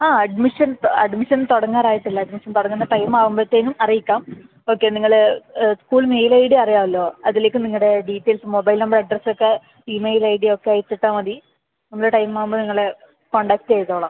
ആ admission admission തുടങ്ങാറായിട്ട് ഇല്ല അഡ്മിഷൻ തുടങ്ങുന്ന ടൈമ് ആകുമ്പഴത്തേന് അറിയിക്കാം ഓക്കെ നിങ്ങള് സ്കൂൾ മെയിൽ ഐ ഡി അറിയാമല്ലോ അതിലേക്ക് നിങ്ങളുടെ ഡീറ്റെയിൽസ് മൊബൈൽ നമ്പർ അഡ്രസ്സ് ഒക്കെ ഇമെയിൽ ഐ ഡി ഒക്കെ അയച്ച് ഇട്ടാൽ മതി നമ്മള് ടൈമ് ആകുമ്പോൾ നിങ്ങളെ കോൺടാക്ട് ചെയ്തോളാം